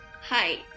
Hi